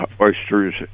oysters